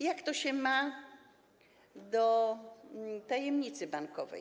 Jak to się ma do tajemnicy bankowej?